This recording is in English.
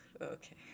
okay